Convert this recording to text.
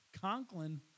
Conklin